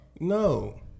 no